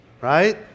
right